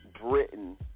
Britain